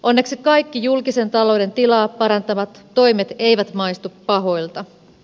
onneksi kaikki julkisen talouden tilaa parantavat toimet eivät maistu pahoilta